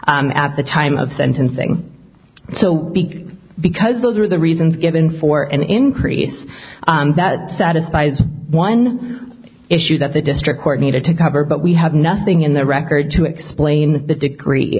at the time of sentencing so big because those are the reasons given for an increase that satisfies one issue that the district court needed to cover but we have nothing in the record to explain the degree